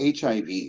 HIV